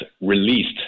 released